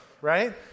right